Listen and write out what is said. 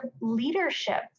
leadership